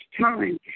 time